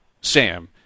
sam